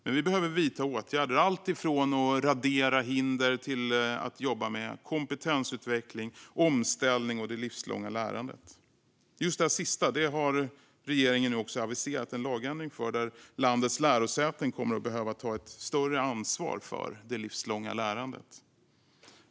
Men vi behöver vidta åtgärder, alltifrån att radera hinder till att jobba med kompetensutveckling, omställning och det livslånga lärandet. Just det där sista har regeringen nu också aviserat en lagändring för som innebär att landets lärosäten kommer att behöva ta ett större ansvar för det livslånga lärandet.